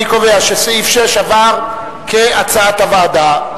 אני קובע שסעיף 6 עבר כהצעת הוועדה.